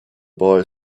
boy